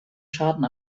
schaden